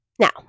Now